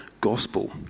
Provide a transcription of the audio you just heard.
gospel